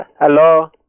Hello